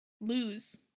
lose